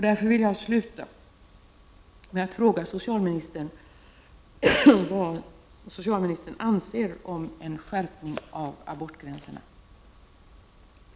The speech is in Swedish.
Därför vill jag sluta med att fråga socialministern vad han anser om en skärpning av tidsgränserna när det gäller abort.